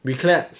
we clap